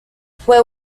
fue